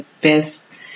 best